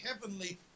heavenly